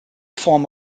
form